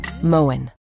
Moen